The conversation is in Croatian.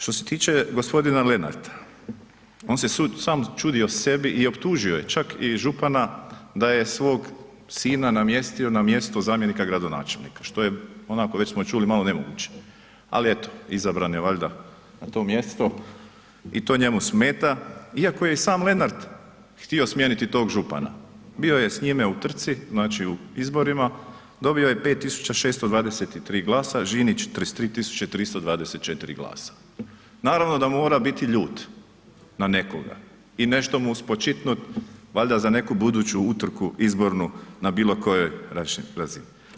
Što se tiče g. Lenarta, on se sam čudio sebi i optužio je čak i župana da je svog sina namjestio na mjesto zamjenika gradonačelnika, što je, onako već smo čuli malo nemoguće, ali eto izabran je valjda na to mjesto i to njemu smeta iako je i sam Lenart htio smijeniti tog župana, bio je s njime u trci, znači u izborima, dobio je 5623 glasa, Žinić 33 324 glasa, naravno da mora biti ljut na nekoga i nešto mu spočitnut valjda za neku buduću utrku izbornu na bilo kojoj razini.